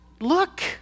look